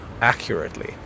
accurately